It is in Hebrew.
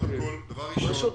דבר ראשון,